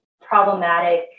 problematic